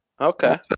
Okay